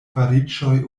fariĝoj